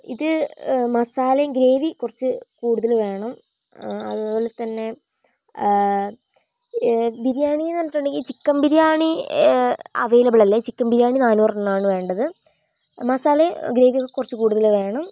ഇത് മസാലയും ഗ്രേവിയും കുറച്ച് കൂടുതല് വേണം അതുപോലത്തന്നെ ബിരിയാണീന്ന് പറഞ്ഞിട്ടുണ്ടെങ്കിൽ ചിക്കൻ ബിരിയാണി അവയിലബിൾ അല്ലേ ചിക്കൻ ബിരിയാണി നാന്നൂറെണ്ണമാണ് വേണ്ടത് മസാലയും ഗ്രേവിയൊക്കെ കുറച്ച് കൂടുതല് വേണം